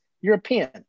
European